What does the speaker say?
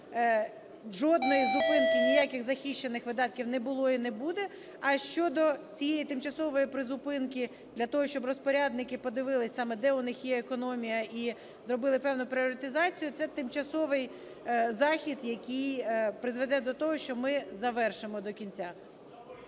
жодної зупинки ніяких захищених видатків не було і не буде. А щодо цієї тимчасової призупинки для того, щоб розпорядники подивились, саме де у них є економія, і зробили певну пріоритезацію, це тимчасовий захід, який призведе до того, що ми завершимо до кінця.